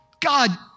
God